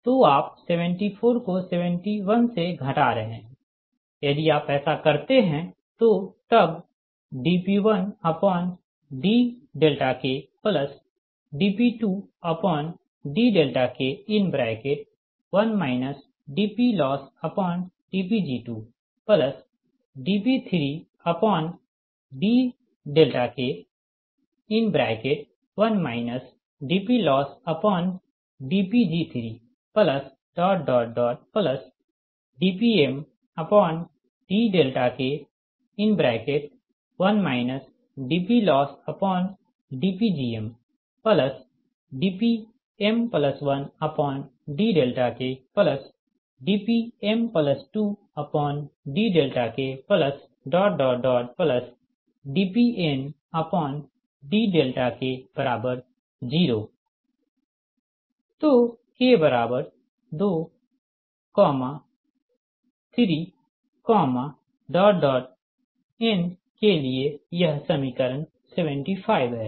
तो आप 74 को 71 से घटा रहे हैं यदि आप ऐसा करते हैं तो तब dP1dKdP2dK1 dPLossdPg2dP3dK1 dPLossdPg3dPmdK1 dPLossdPgmdPm1dKdPm2dKdPndK0तो k23n के लिए यह समीकरण 75 है